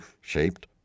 shaped